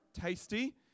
tasty